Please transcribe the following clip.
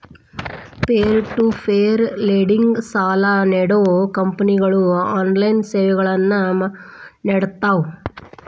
peer to peer lending ಸಾಲಾ ನೇಡೋ ಕಂಪನಿಗಳು ಆನ್ಲೈನ್ ಸೇವೆಗಳನ್ನ ನೇಡ್ತಾವ